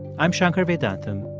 i'm shankar vedantam.